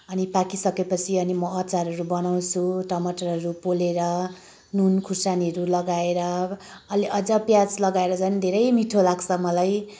अनि पाकिसकेपछि अनि म अचारहरू बनाउँछु टमटरहरू पोलेर नुन खोर्सानीहरू लगाएर अझ प्याज लगाएर झन् धेरै मिठो लाग्छ मलाई